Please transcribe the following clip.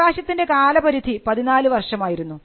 അവകാശത്തിൻറെ കാലപരിധി 14 വർഷമായിരുന്നു